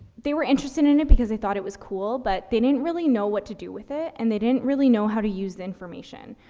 they were interested in it because they thought it was cool, but they didn't really know what to do with it, and they didn't really know how to use the information.